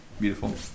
beautiful